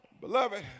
Beloved